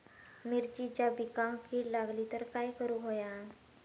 मिरचीच्या पिकांक कीड लागली तर काय करुक होया?